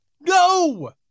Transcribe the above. No